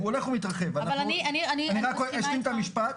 אני רק אשלים את המשפט.